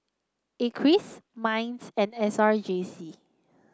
Acres Minds and S R J C